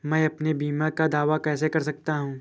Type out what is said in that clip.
मैं अपने बीमा का दावा कैसे कर सकता हूँ?